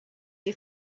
you